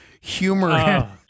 humor